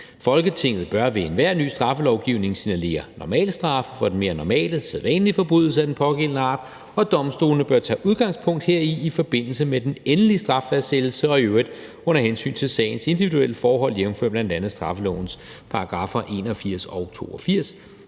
Folketinget bør ved enhver ny straffelovgivning signalere »normalstraffe« for den mere normale – »sædvanlige« – forbrydelse af den pågældende art, og domstolene bør tage udgangspunkt heri i forbindelse med den endelige strafnedsættelse og i øvrigt under hensyn til sagens individuelle forhold, jævnfør bl.a. straffelovens §§ 81-82.